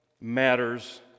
matters